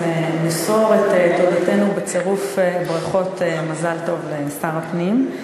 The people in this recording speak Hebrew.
אז מסור את תודתנו בצירוף ברכות מזל טוב לשר הפנים.